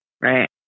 Right